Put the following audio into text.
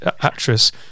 Actress